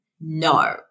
No